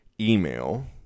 email